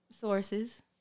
sources